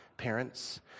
parents